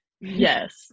yes